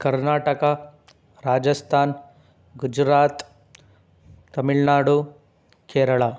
Karnataka Rajasthan Gujarat Tamil Nadu Kerala